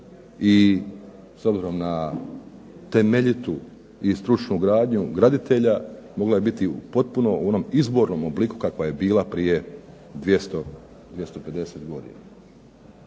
i s obzirom na temeljitu i stručnu gradnju graditelja mogla je biti potpuno u onom izvornom obliku kakva je bila prije 250 godina.